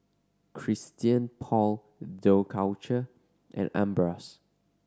Christian Paul Dough Culture and Ambros